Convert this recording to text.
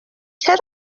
چرا